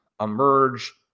emerge